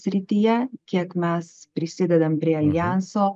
srityje kiek mes prisidedam prie aljanso